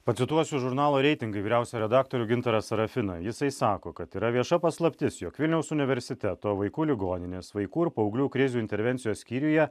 pacituosiu žurnalo reitingai vyriausią redaktorių gintarą sarafiną jisai sako kad yra vieša paslaptis jog vilniaus universiteto vaikų ligoninės vaikų ir paauglių krizių intervencijos skyriuje